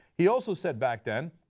he also said back then,